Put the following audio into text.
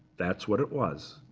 that's what it was.